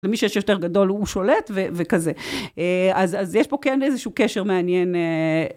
למי שיש יותר גדול הוא שולט וכזה. אז יש פה כן איזשהו קשר מעניין.